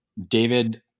David